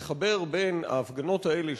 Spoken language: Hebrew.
לחבר בין ההפגנות האלה,